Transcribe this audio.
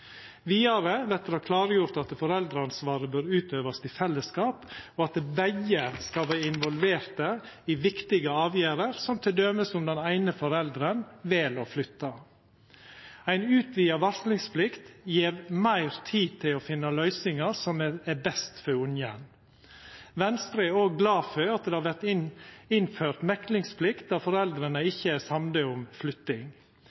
Vidare vert det klargjort at foreldreansvaret bør utøvast i fellesskap, og at begge skal vera involverte i viktige avgjerder, som t.d. om den eine forelderen vel å flytta. Ei utvida varslingsplikt gjev meir tid til å finna løysingar som er best for barnet. Venstre er òg glad for at det vert innført meklingsplikt der